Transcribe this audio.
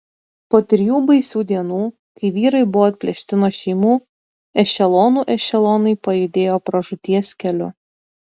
po trijų baisių dienų kai vyrai buvo atplėšti nuo šeimų ešelonų ešelonai pajudėjo pražūties keliu